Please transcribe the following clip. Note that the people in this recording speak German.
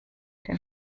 den